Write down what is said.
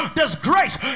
disgrace